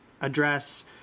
address